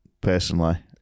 personally